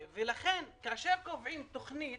כאשר קובעים תוכנית